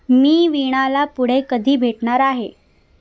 मी वीणाला पुढे कधी भेटणार आहे